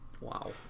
Wow